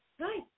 Hi